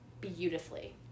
beautifully